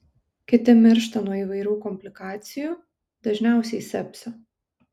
kiti miršta nuo įvairių komplikacijų dažniausiai sepsio